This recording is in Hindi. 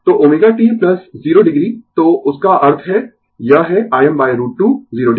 तो ω t 0oo तो उसका अर्थ है यह है Im √ 2 0 o